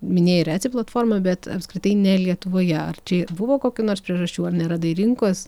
minėjai ir etsy platformą bet apskritai ne lietuvoje ar čia buvo kokių nors priežasčių ar neradai rinkos